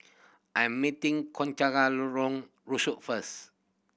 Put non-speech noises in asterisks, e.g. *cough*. I am meeting Concha *unintelligible* Lorong Rusuk first